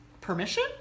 permission